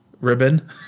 ribbon